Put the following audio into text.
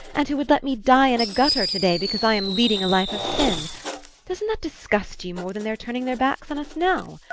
and who would let me die in a gutter to-day because i am leading a life of sin' doesn't that disgust you more than their turning their backs on us now?